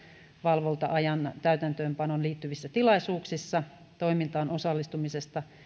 valvonta ajan täytäntöönpanoon liittyvissä tilaisuuksissa toimintaan osallistumisesta